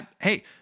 Hey